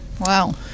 wow